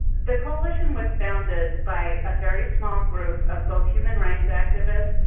the coalition was founded by a very small group of both human rights activists,